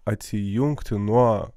atsijungti nuo